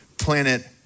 planet